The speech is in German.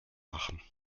machen